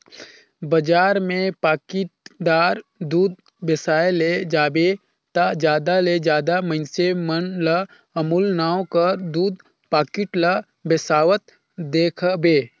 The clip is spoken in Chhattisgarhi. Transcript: बजार में पाकिटदार दूद बेसाए ले जाबे ता जादा ले जादा मइनसे मन ल अमूल नांव कर दूद पाकिट ल बेसावत देखबे